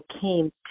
came